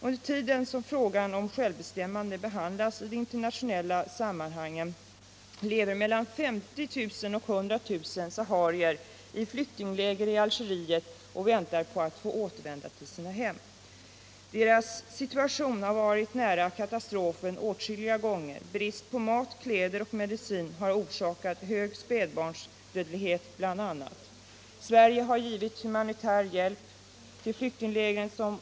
Under tiden som frågan om självbestämmande behandlas i de internationella sammanhangen lever mellan 50 000 och 100 000 saharier i flyktingläger i Algeriet och väntar på att få återvända till sina hem. Deras situation har varit nära katastrofen åtskilliga gånger. Brist på mat, kläder och medicin har bl.a. orsakat hög spädbarnsdödlighet. Sverige har, som utrikesministern nämnde, givit humanitär hjälp till flyktinglägren.